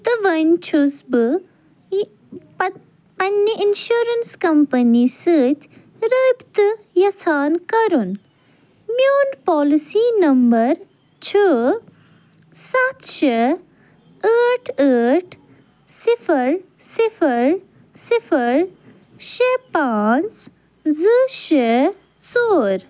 تہٕ وۄنۍ چھُس بہٕ یہِ پتہٕ پَننہِ اِنشوریٚنٕس کمپٔنی سۭتۍ رٲبطہ یژھان کَرُن میٛون پوٛالسی نمبر چھُ سَتھ شےٚ ٲٹھ ٲٹھ صِفَر صِفَر صِفَر شےٚ پانٛژھ زٕ شےٚ ژور